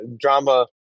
drama